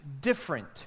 different